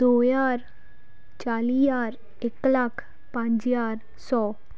ਦੋ ਹਜ਼ਾਰ ਚਾਲੀ ਹਜ਼ਾਰ ਇੱਕ ਲੱਖ ਪੰਜ ਹਜ਼ਾਰ ਸੌ